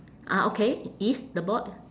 ah okay if the ball